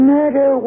Murder